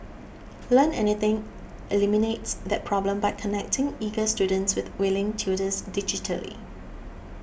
Learn Anything eliminates that problem by connecting eager students with willing tutors digitally